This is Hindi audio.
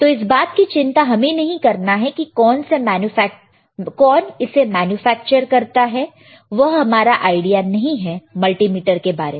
तो इस बात की चिंता हमें नहीं करना है कि कौन इसे मैन्युफैक्चर करता है वह हमारा आईडिया नहीं है मल्टीमीटर के बारे में